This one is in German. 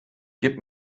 gib